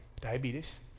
diabetes